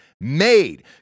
made